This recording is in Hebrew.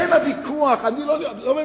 לכן, הוויכוח, אני לא במקרה,